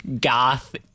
goth